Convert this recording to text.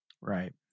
Right